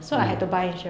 mm